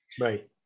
Right